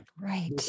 right